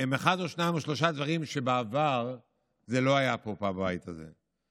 אחד או שניים או שלושה דברים שבעבר לא היו פה בבית הזה.